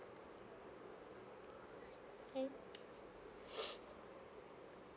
okay